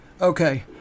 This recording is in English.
Okay